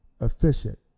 efficient